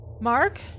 Mark